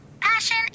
Passion